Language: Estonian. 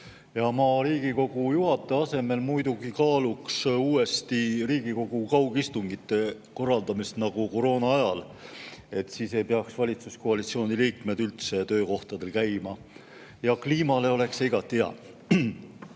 Mina Riigikogu juhataja asemel muidugi kaaluks uuesti Riigikogu kaugistungite korraldamist nagu koroonaajal. Siis ei peaks valitsuskoalitsiooni liikmed üldse töökohtadel käima ja kliimale oleks see